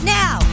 now